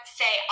say